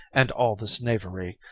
and all this knavery.